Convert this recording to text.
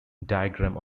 diagram